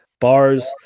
bars